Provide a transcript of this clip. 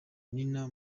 nina